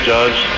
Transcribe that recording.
Judge